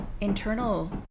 internal